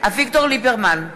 אביגדור ליברמן,